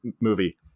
movie